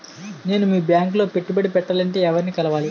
నేను మీ బ్యాంక్ లో పెట్టుబడి పెట్టాలంటే ఎవరిని కలవాలి?